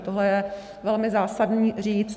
Tohle je velmi zásadní říct.